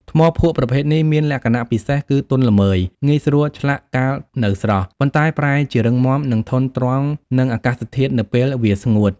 ថ្មភក់ប្រភេទនេះមានលក្ខណៈពិសេសគឺ ទន់ល្មើយងាយស្រួលឆ្លាក់កាលនៅស្រស់ ប៉ុន្តែប្រែជារឹងមាំ និងធន់ទ្រាំនឹងអាកាសធាតុនៅពេលវាស្ងួត។